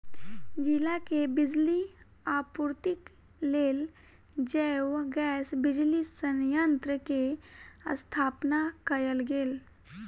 जिला के बिजली आपूर्तिक लेल जैव गैस बिजली संयंत्र के स्थापना कयल गेल